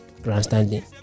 grandstanding